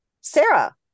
Sarah